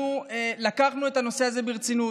אנחנו לקחנו את הנושא הזה ברצינות.